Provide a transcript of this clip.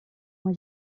uma